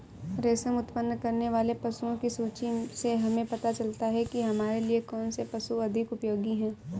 रेशम उत्पन्न करने वाले पशुओं की सूची से हमें पता चलता है कि हमारे लिए कौन से पशु अधिक उपयोगी हैं